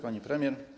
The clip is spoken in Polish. Pani Premier!